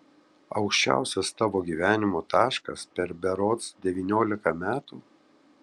aukščiausias tavo gyvenimo taškas per berods devyniolika metų